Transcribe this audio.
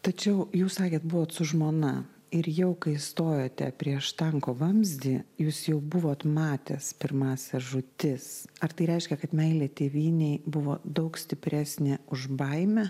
tai čia jau jūs sakėt buvot su žmona ir jau kai stojote prieš tanko vamzdį jūs jau buvot matęs pirmąsias žūtis ar tai reiškia kad meilė tėvynei buvo daug stipresnė už baimę